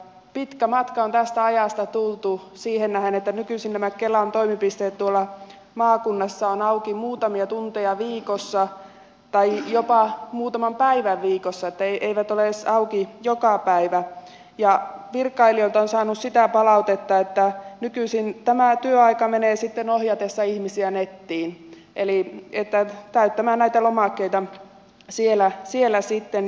pitkä matka on siitä ajasta tultu siihen nähden että nykyisin nämä kelan toimipisteet tuolla maakunnassa ovat auki muutaman päivän viikossa tai jopa vain muutamia tunteja viikossa ne eivät siis ole edes auki joka päivä ja virkailijoilta olen saanut sellaista palautetta että nykyisin tämä työaika menee sitten ohjatessa ihmisiä nettiin eli täyttämään näitä lomakkeita siellä sitten